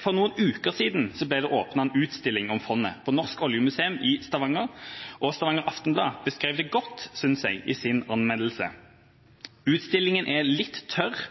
For noen uker siden ble det åpnet en utstilling om fondet på Norsk Oljemuseum i Stavanger, og Stavanger Aftenblad beskrev det godt, synes jeg, i sin anmeldelse: «Den er litt tørr